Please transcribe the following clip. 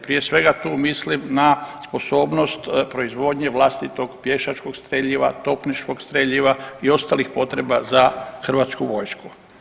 Prije svega tu mislim na sposobnost proizvodnje vlastitog pješačkog streljiva, topničkog streljiva i ostalih potreba za hrvatsku vojsku.